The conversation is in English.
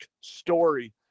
Story